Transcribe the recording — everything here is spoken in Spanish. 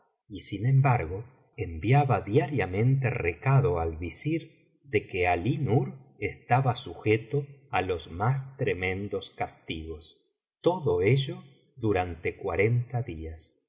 y sin embargo enviaba diariamente recado al visir de que alí nur estaba sujeto á los más tremendos castigos todo ello durante cuarenta